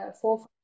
four